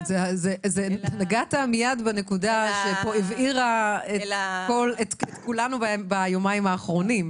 נגעת מייד בנקודה שהבעירה את כולנו ביומיים האחרונים.